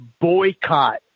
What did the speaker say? boycott